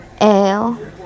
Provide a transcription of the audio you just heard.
ale